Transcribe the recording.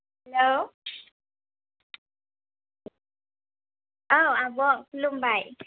हेल' औ आब' खुलुमबाय